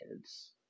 kids